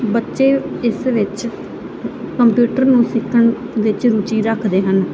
ਬੱਚੇ ਇਸ ਵਿੱਚ ਕੰਪਿਊਟਰ ਨੂੰ ਸਿਖਣ ਵਿੱਚ ਰੁਚੀ ਰੱਖਦੇ ਹਨ